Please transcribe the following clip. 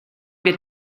wir